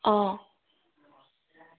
অঁ